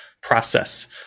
process